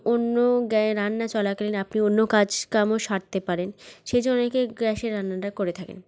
অন্য গ্যা রান্না চলাকালীন আপনি অন্য কাজকামও সারতে পারেন সেজন্য অনেকে গ্যাসে রান্নাটা করে থাকেন